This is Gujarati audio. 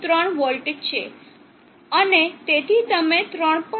3 વોલ્ટ છે અને તેથી તમે 3